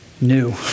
new